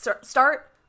start